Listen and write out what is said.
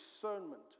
discernment